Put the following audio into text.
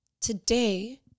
today